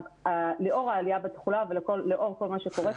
לאור העלייה בתחלואה ומה שקורה,